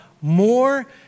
more